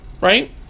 right